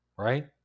right